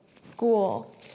school